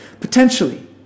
Potentially